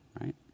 right